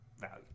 Value